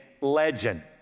legend